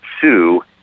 Sue